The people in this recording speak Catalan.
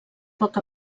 poc